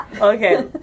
Okay